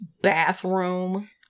bathroom-